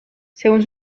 según